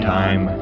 time